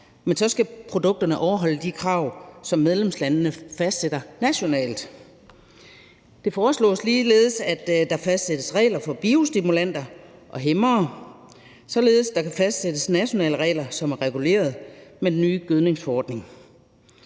men så skal produkterne overholde de krav, som medlemslandene fastsætter nationalt. Det foreslås ligeledes, at der fastsættes regler for biostimulanter og hæmmere, således at der kan fastsættes nationale regler, som er reguleret med den nye gødningsforordning.